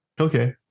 Okay